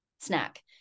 snack